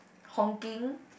honking